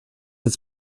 its